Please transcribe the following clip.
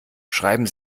schreiben